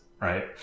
right